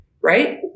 right